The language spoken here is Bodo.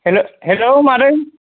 हेलौ मादै